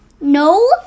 No